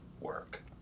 work